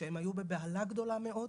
כשהם היו בבהלה גדולה מאוד,